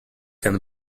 can